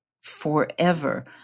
forever